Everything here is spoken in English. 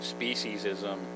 speciesism